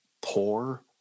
poor